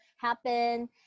happen